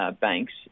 banks